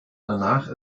danach